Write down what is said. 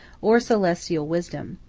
or celestial wisdom.